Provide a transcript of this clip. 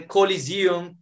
Coliseum